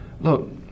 Look